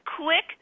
quick